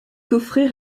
coffret